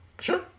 Sure